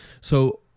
So-